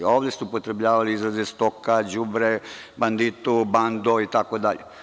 Ovde ste upotrebljavali izraze stoka, đubre, banditu, bando itd.